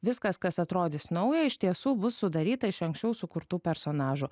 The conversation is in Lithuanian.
viskas kas atrodys nauja iš tiesų bus sudaryta iš anksčiau sukurtų personažų